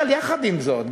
אבל יחד עם זאת,